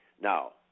Now